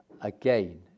again